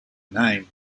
name